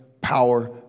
power